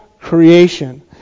creation